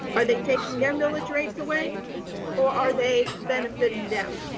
are they taking their millage rates away or are they benefiting them?